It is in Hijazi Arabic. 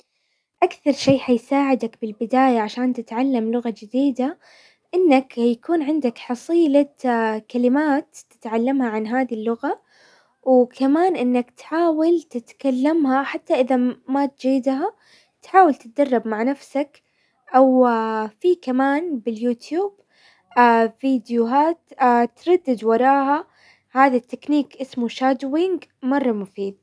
اكثر شي حيساعدك بالبداية عشان تتعلم لغة جديدة انك يكون عندك حصيلة كلمات تتعلمها عن هذي اللغة، وكمان انك تحاول تتكلمها، حتى اذا ما تجيدها تحاول تتدرب مع نفسك او في كمان باليوتيوب فيديوهات تردد وراها هذا التكنيك اسمه شادوينج مرة مفيد.